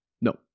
no